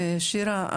שירה,